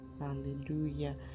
Hallelujah